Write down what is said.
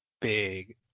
big